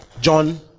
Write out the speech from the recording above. John